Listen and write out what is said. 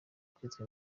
kwita